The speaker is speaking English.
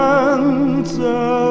answer